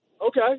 Okay